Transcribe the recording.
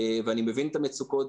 ואני מבין את המצוקות,